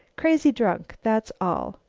crazy drunk, that's all.